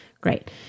Great